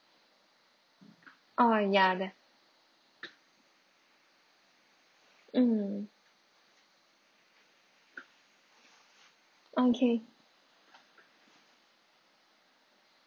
orh ya there mm okay